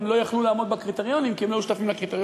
הם גם לא יכלו לעמוד בקריטריונים כי הם לא היו שותפים לקריטריונים.